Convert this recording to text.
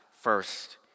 first